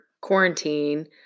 quarantine